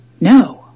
No